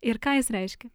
ir ką jis reiškia